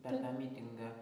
per tą mitingą